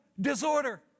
disorder